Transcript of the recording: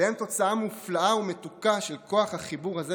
והם תוצאה מופלאה ומתוקה של כוח החיבור הזה